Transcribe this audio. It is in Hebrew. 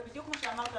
זה בדיוק מה שאמרת,